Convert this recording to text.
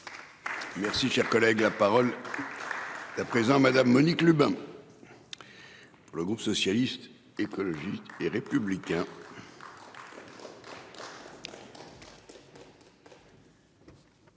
Merci, cher collègue, la parole. À présent, madame Monique Lubin. Le groupe socialiste, écologiste et républicain.